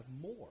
more